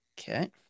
Okay